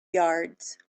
yards